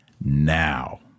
now